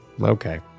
Okay